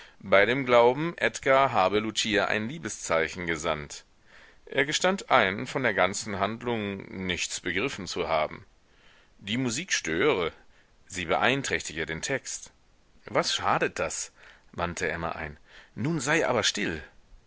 bei dem glauben edgard habe lucia ein liebeszeichen gesandt er gestand ein von der ganzen handlung nichts begriffen zu haben die musik störe sie beeinträchtige den text was schadet das wandte emma ein nun sei aber still